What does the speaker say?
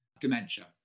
dementia